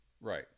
Right